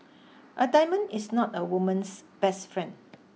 a diamond is not a woman's best friend